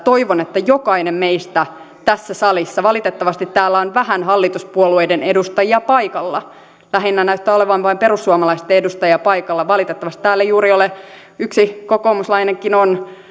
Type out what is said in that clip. toivon että jokainen meistä tässä salissa valitettavasti täällä on vähän hallituspuolueiden edustajia paikalla lähinnä näyttää olevan vain perussuomalaisten edustajia paikalla valitettavasti täällä ei juuri ole yksi kokoomuslainenkin on